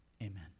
Amen